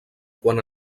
quan